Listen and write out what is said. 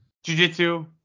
Jiu-Jitsu